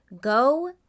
go